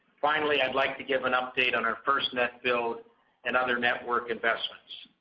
finally, i'd like to give an update on our firstnet build and other network investments.